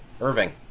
Irving